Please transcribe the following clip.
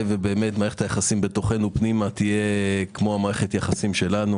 מערכת היחסים בתוכנו פנימה תהיה כמו מערכת היחסים שלנו.